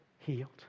healed